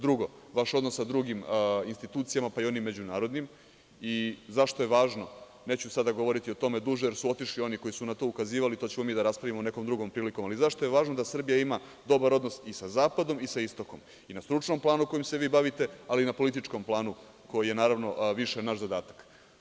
Drugo, vaš odnos sa drugim institucijama, pa i onim međunarodnim, zašto je važno, neću sada govoriti o tome duže, jer su otišli oni koji su na to ukazivali, to ćemo mi da raspravimo nekom drugom prilikom, ali zašto je važno da Srbija ima dobar odnos i sa zapadom i sa istokom i na stručnom planu kojim se vi bavite, ali i na političkom planu, koji je naravno, više naš zadatak?